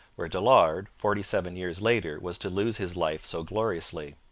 where dollard forty-seven years later was to lose his life so gloriously.